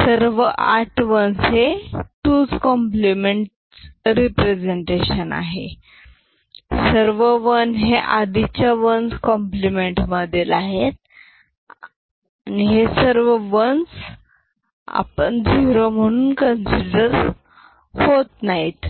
सर्व आठ 1s हे 2s कॉम्प्लिमेंट्स रिप्रेझेंटेशन आहे सर्व वन हे आधीच्या वन्स कॉम्प्लिमेंट मधील आहेत हे सर्व 1s झिरो कन्सिडर होत नाहीत